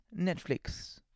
Netflix